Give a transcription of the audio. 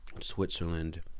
Switzerland